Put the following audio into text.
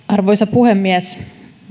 arvoisa puhemies